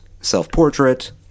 Self-Portrait